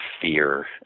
fear